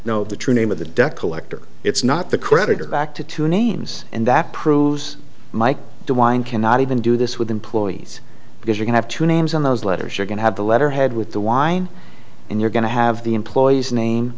know the true name of the debt collector it's not the creditor back to two names and that proves mike de wine cannot even do this with employees because you can have two names on those letters you're going to have the letterhead with the wine and you're going to have the employees name